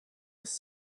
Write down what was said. was